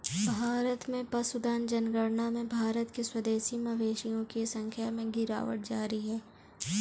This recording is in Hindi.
भारत में पशुधन जनगणना में भारत के स्वदेशी मवेशियों की संख्या में गिरावट जारी है